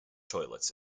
toilets